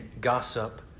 gossip